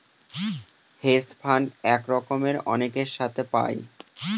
hedge fund এক রকমের অনেকের সাথে পায়